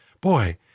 boy